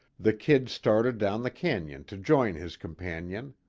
the kid started down the canyon to join his companion.